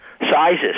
Sizes